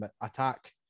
attack